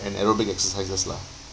and aerobic exercises lah